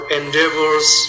endeavors